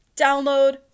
download